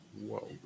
Whoa